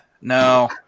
No